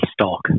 stock